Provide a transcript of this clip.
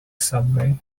subway